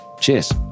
Cheers